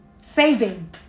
saving